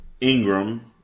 Ingram